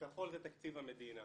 זה תקציב המדינה